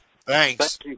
Thanks